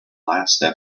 last